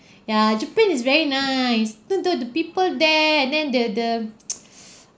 ya japan is very nice the the the people there and then the the